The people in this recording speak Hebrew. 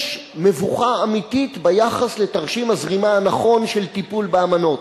יש מבוכה אמיתית ביחס לתרשים הזרימה הנכון של טיפול באמנות.